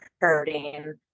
hurting